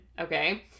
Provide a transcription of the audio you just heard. okay